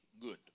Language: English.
good